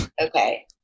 okay